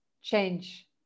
change